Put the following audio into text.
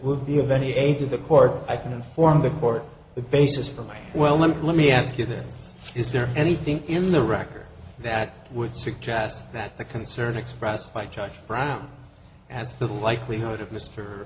would be of any age in the court i can inform the court the basis for may well let me ask you this is there anything in the record that would suggest that the concern expressed by judge brown has the likelihood of mr